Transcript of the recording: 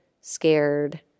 scared